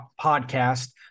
podcast